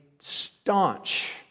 staunch